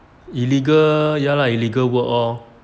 illegal ya lah illegal work lor